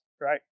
right